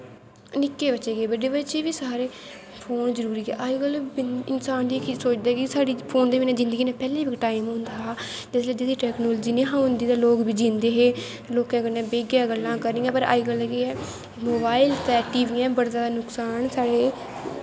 निक्के बच्चे केह् बड्डे बच्चे बी सारे फोन जरूरी ऐ अज कल इंसान केह् सोचदा कि साढ़ी फोन बगैरा जिन्दगी ना पैह्लै टाईम होंदा हा जिसलै टैक्नालजी नी ही होंदी तां लोग बी जींदे हे लोकैं कन्नै बेहियै गल्लां करनियां पर अज कल केह् ऐ मोबाईल ते टीवीयै नुकसान बड़ा जादा साढ़े